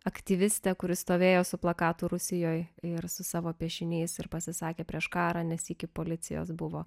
aktyvistę kuri stovėjo su plakatu rusijoje ir su savo piešiniais ir pasisakė prieš karą nes iki policijos buvo